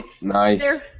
Nice